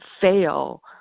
fail